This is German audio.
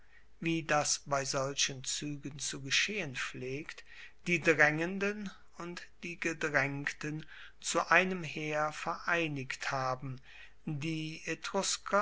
wie das bei solchen zuegen zu geschehen pflegt die draengenden und die gedraengten zu einem heer vereinigt haben die